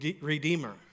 redeemer